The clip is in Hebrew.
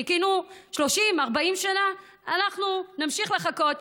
חיכינו 30 40 שנה ואנחנו נמשיך לחכות,